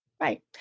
Right